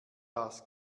das